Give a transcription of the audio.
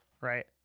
right